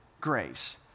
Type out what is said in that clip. grace